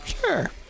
Sure